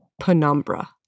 Penumbra